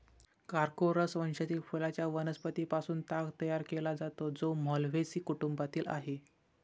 Corchorus वंशातील फुलांच्या वनस्पतीं पासून ताग तयार केला जातो, जो माल्व्हेसी कुटुंबातील आहे